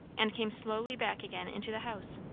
and came slowly back again into the house.